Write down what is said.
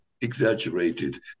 exaggerated